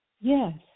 Yes